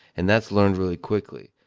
and that's learned really quickly.